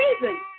reason